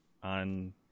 On